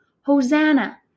Hosanna